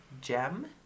gem